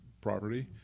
property